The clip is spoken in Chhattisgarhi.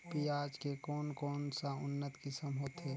पियाज के कोन कोन सा उन्नत किसम होथे?